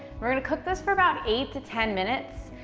we're gonna cook this for about eight to ten minutes.